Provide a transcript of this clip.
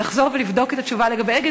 לחזור ולבדוק את התשובה לגבי "אגד",